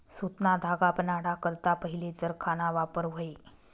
सुतना धागा बनाडा करता पहिले चरखाना वापर व्हये